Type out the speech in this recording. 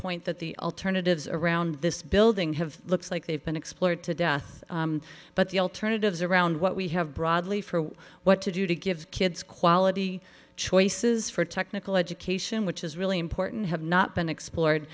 that the alternatives around this building have looks like they've been exploited to death but the alternatives around what we have broadly for what to do to give kids quality choices for technical education which is really important have not been explored